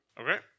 Okay